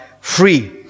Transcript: free